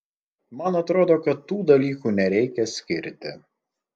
man atrodo kad tų dalykų nereikia skirti